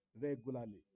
regularly